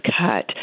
cut